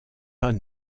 pas